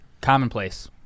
commonplace